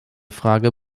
frage